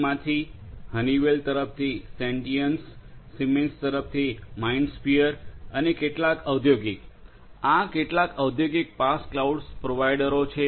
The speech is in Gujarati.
ઇમાંથી હનીવેલ તરફથી સેન્ટિઅન્સ સિમેન્સ તરફથી માઇન્ડસ્ફિયર અને કેટલાક ઔદ્યોગિક આ કેટલાક ઔદ્યોગિક પાસ ક્લાઉડ પ્રોવાઇડરો છે